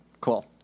Cool